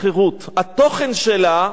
התוכן שלה הוא חירות.